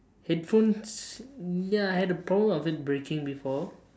headphones ya I had a problem of it breaking before